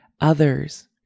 others